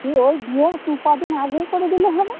ওই বিয়ের কদিন আগেই করে দিলে হবে